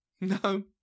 No